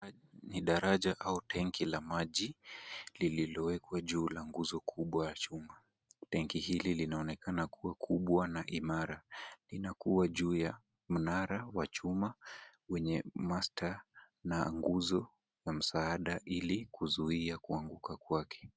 Ni daraja au tenki la maji lililowekwa juu la nguzo kubwa ya chuma. Tenki hili linaonekana kuwa kubwa na imara. Inakuwa juu ya mnara wa chuma wenye master na nguzo wa msaada ili kuzuia kuanguka kwake.